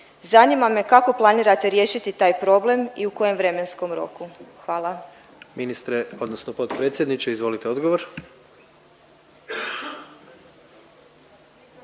Zanima me kako planirate riješiti taj problem i u kojem vremenskom roku? Hvala.